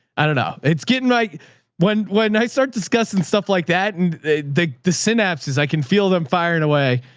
i don't know. it's getting like when, when i started discussing stuff like that and the the synapses, i can feel them firing away.